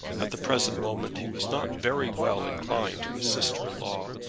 at the present moment he was not very well inclined to his sister-in-law,